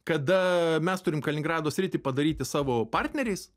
kada mes turim kaliningrado sritį padaryti savo partneriais